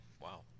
Wow